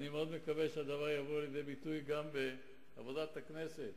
אני מקווה מאוד שהדבר יבוא לידי ביטוי גם בעבודת הכנסת